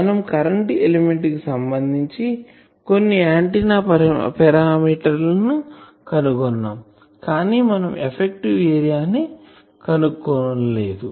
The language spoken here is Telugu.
మనం కరెంటు ఎలిమెంట్ కి సంబంధించి కొన్ని ఆంటిన్నా పారామీటర్లు ను కనుగొన్నాం కానీ మనం ఎఫెక్టివ్ ఏరియా ను కనుక్కోలేదు